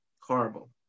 horrible